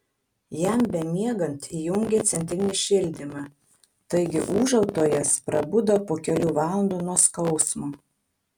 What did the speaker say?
jam bemiegant įjungė centrinį šildymą taigi ūžautojas prabudo po kelių valandų nuo skausmo